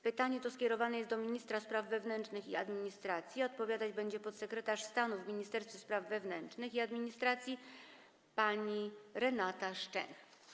Pytanie to skierowane jest do ministra spraw wewnętrznych i administracji, a odpowiadać będzie podsekretarz stanu w Ministerstwie Spraw Wewnętrznych i Administracji pani Renata Szczęch.